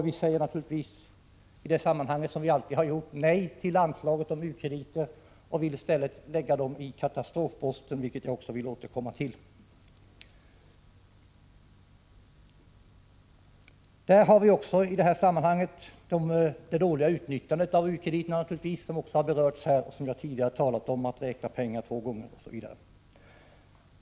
Vi säger naturligtvis, som vi alltid har gjort, nej till anslaget till u-krediter och vill i stället lägga pengarna i katastrofposten — vilket jag återkommer till. Hit hör också det dåliga utnyttjandet av u-krediterna, som också har berörts här — jag har t.ex. påpekat att man räknar pengarna två gånger.